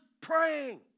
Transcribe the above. praying